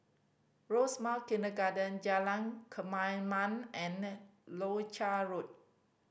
Rosemount Kindergarten Jalan Kemaman and Leuchar Road